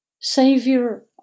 Savior